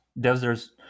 deserts